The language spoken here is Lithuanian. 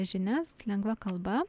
žinias lengva kalba